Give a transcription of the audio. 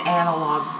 analog